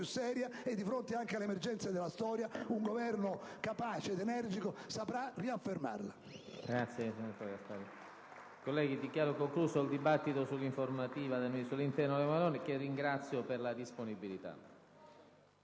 seria e, di fronte anche all'emergenza della storia, un Governo capace ed energico saprà riaffermarla.